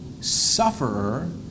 sufferer